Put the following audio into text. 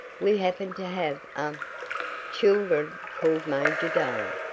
we happen to have a children, called major dale,